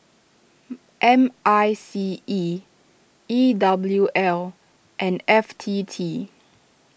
M I C E E W L and F T T